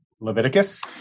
Leviticus